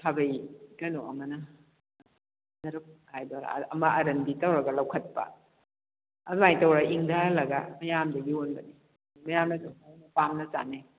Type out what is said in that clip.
ꯈꯥꯕꯩ ꯀꯩꯅꯣ ꯑꯃꯅ ꯖꯔꯞ ꯍꯥꯏꯗꯣꯏꯔ ꯑꯃ ꯑꯔꯟꯕꯤ ꯇꯧꯔꯒ ꯂꯧꯈꯠꯄ ꯑꯗꯨꯃꯥꯏꯅ ꯇꯧꯔꯒ ꯏꯪꯊꯍꯟꯂꯒ ꯃꯌꯥꯝꯗ ꯌꯣꯟꯕꯅꯤ ꯃꯌꯥꯝꯅꯁꯨ ꯄꯥꯝꯅ ꯆꯥꯅꯩ